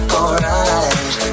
alright